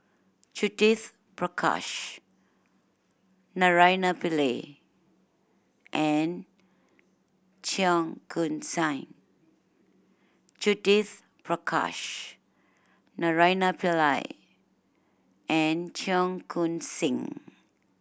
Judith Prakash Naraina Pillai and Cheong Koon Seng